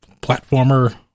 platformer